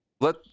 Let